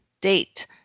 date